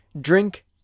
drink